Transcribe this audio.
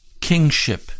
kingship